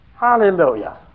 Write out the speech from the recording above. Hallelujah